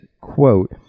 quote